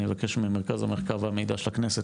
אני מבקש ממרכז המחקר והמידע של הכנסת